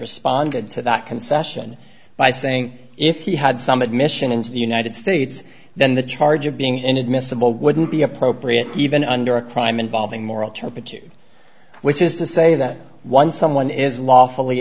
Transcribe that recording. responded to that concession by saying if he had some admission into the united states then the charge of being inadmissible wouldn't be appropriate even under a crime involving moral turpitude which is to say that once someone is lawfully